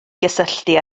gysylltu